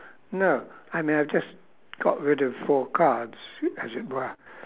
no I may have just got rid of four cards as it were